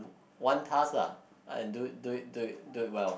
one task lah do it do it do it do it well